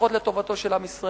לפחות לטובתו של עם ישראל.